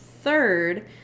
Third